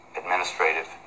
administrative